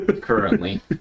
currently